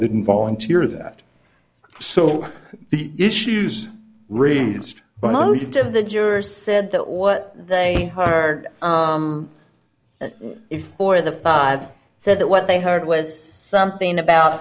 didn't volunteer that so the issues raised by most of the jurors said that what they heard is for the five so that what they heard was something about